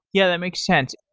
yeah, that makes sense.